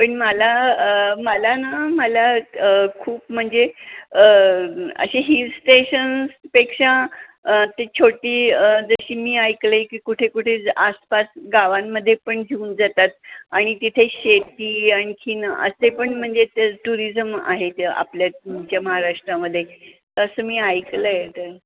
पण माला माला ना मला खूप म्हणजे असे हिल्स स्टेशनपेक्षा ते छोटी जशी मी ऐकलं आहे की कुठे कुठे आसपास गावांमध्ये पण घेऊन जातात आणि तिथे शेती आणखी असे पण म्हणजे ते टुरिजम आहेत आपल्या तुमच्या महाराष्ट्रामध्ये तसं मी ऐकलं आहे तर